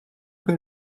peu